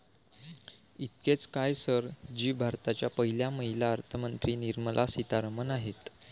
इतकेच काय, सर जी भारताच्या पहिल्या महिला अर्थमंत्री निर्मला सीतारामन आहेत